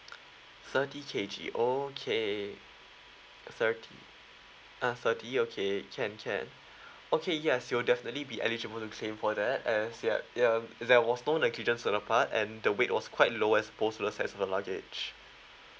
thirty K_G okay thirty uh thirty okay can can okay yes you'll definitely be eligible to claim for that as yet there um there was no negligence on your part and the weight was quite low as pole as a luggage